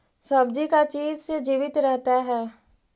सब्जी का चीज से जीवित रहता है?